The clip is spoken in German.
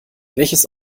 welches